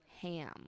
ham